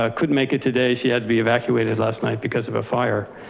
ah couldn't make it today. she had to be evacuated last night because of a fire